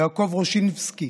יעקב רושניבסקי,